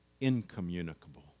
incommunicable